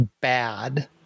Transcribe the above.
bad